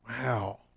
Wow